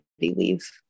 leave